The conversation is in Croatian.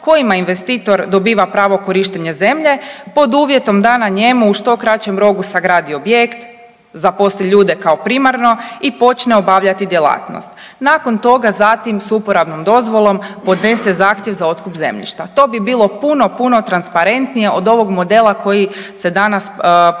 kojima investitor dobiva pravo korištenja zemlje pod uvjetom da na njemu u što kraćem roku sagradi objekt, zaposli ljude kao primarno i počne obavljati djelatnost. Nakon toga zatim s uporabnom dozvolom podnese zahtjev za otkup zemljišta. To bi bilo puno, puno transparentnije od ovog modela koji se danas, koji